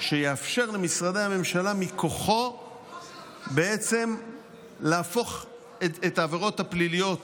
שיאפשר למשרדי הממשלה מכוחו להפוך את העבירות הפליליות